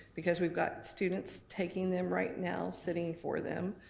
because we've got students taking them right now sitting for them,